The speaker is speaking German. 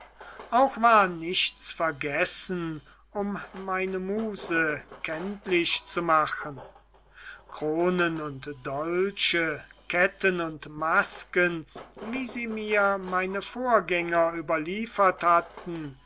auch war nichts vergessen um meine muse kenntlich zu machen kronen und dolche ketten und masken wie sie mir meine vorgänger überliefert hatten